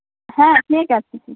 হ্যাঁ ঠিক আছে হুম